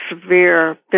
severe